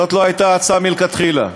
זאת לא הייתה ההצעה מלכתחילה.